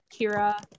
Kira